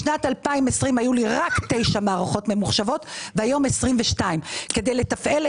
בשנת 2020 היו לי רק 9 מערכות ממוחשבות והיום 22. כדי לתפעל,